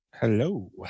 Hello